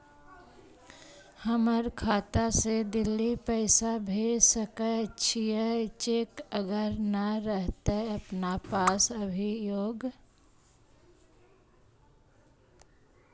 हमर खाता से दिल्ली पैसा भेज सकै छियै चेक अगर नय रहतै अपना पास अभियोग?